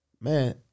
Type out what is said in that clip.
man